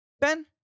Ben